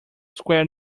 square